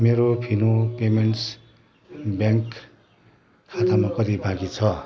मेरो Fino payments bank खातामा कति बाँकी छ